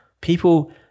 people